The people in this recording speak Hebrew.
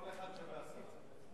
כל אחד שווה עשרה.